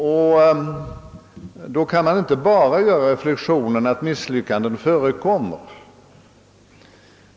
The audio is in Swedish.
Och efter detta konstaterande kan man inte bara nöja sig med att säga att misslyckanden förekommer.